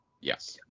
Yes